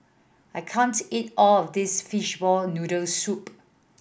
I can't eat all of this fishball noodle soup